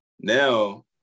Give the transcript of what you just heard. now